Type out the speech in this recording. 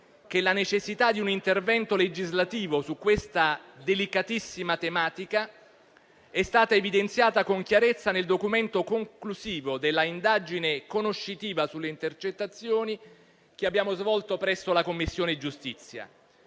che la necessità di un intervento legislativo su questa delicatissima tematica è stata evidenziata con chiarezza nel documento conclusivo dell'indagine conoscitiva sulle intercettazioni che abbiamo svolto presso la Commissione giustizia.